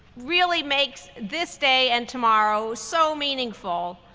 really makes this day and tomorrow so meaningful.